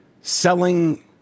selling